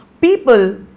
People